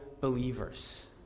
believers